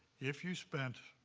if you spent